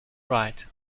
right